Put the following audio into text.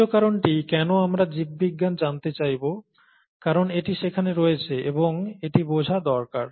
তৃতীয় কারণটি কেন আমরা জীববিজ্ঞান জানতে চাইব কারণ এটি সেখানে রয়েছে এবং এটি বোঝার দরকার